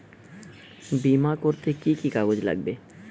বিমা করতে কি কি কাগজ লাগবে?